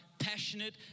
passionate